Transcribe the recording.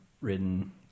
ridden